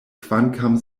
kvankam